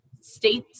states